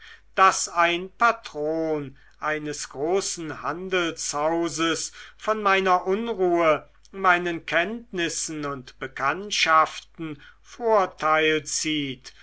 daß ein patron eines großen handelshauses von meiner unruhe meinen kenntnissen und bekanntschaften vorteil zieht